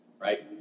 right